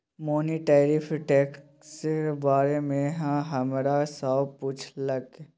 मोहिनी tariff टैक्सक बारे मे हमरा सँ पुछलक